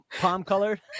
palm-colored